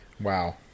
Wow